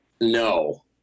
no